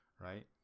right